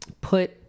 put